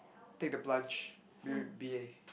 take the plunge b~ b~ be a~